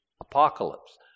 apocalypse